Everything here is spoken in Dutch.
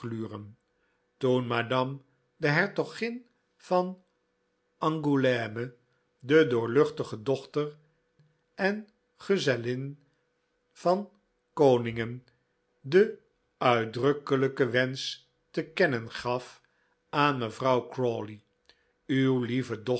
toen madame de hertogin van angouleme de doorluchtige dochter en gezellin van koningen den uitdrukkelijken wensch te kennen gaf aan mevrouw crawley uw lieve